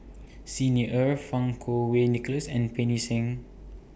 Xi Ni Er Fang Kuo Wei Nicholas and Pancy Seng